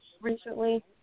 recently